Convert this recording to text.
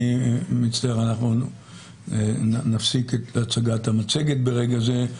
אנחנו נפסיק את הצגת המצגת ברגע זה,